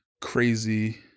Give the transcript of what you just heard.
crazy